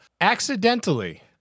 Accidentally